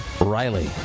Riley